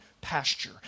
pasture